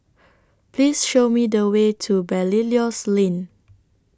Please Show Me The Way to Belilios Lane